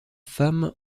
femme